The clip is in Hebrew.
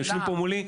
יושבים פה מולי,